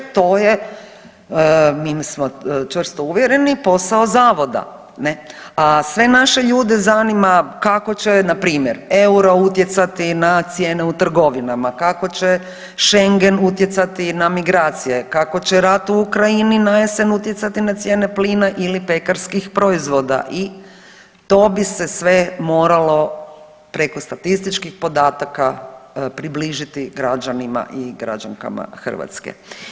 To je bili smo čvrsto uvjereni posao zavoda, a sve naše ljude zanima kako će na primjer euro utjecati na cijene u trgovinama, kako će Schengen utjecati na migracije, kako će rat u Ukrajini na jesen utjecati na cijene plina ili pekarskih proizvoda i to bi se sve moralo preko statističkih podataka približiti građanima i građankama Hrvatske.